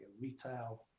retail